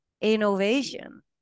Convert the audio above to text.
innovation